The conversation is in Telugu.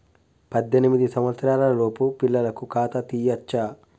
పద్దెనిమిది సంవత్సరాలలోపు పిల్లలకు ఖాతా తీయచ్చా?